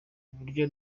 uburyo